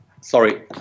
sorry